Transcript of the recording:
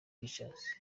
pictures